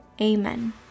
Amen